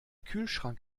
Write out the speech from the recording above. kühlschrank